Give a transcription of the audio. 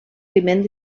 climent